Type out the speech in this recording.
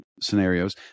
scenarios